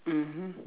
mmhmm